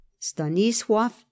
Stanisław